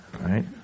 right